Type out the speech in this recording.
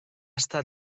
estar